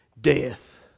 Death